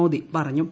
മോദി പറഞ്ഞു